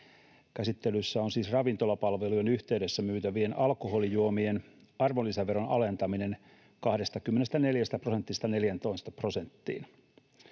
Käsittelyssä on siis ravintolapalvelujen yhteydessä myytävien alkoholijuomien arvonlisäveron alentaminen 24 prosentista 14 prosenttiin.